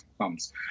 comes